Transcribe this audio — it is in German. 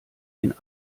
den